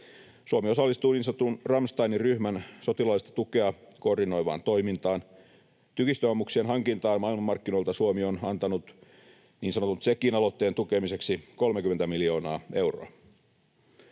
Suomi osallistuu niin sanotun Ramsteinin ryhmän sotilaallista tukea koordinoivaan toimintaan. Tykistöammuksien hankintaan maailmanmarkkinoilta Suomi on antanut niin sanotun Tšekin aloitteen tukemiseksi 30 miljoonaa euroa.